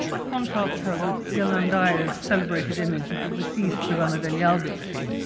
contrast her with ghirlandaio's celebrated image of the deceased giovanna degli albizzi,